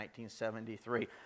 1973